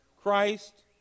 Christ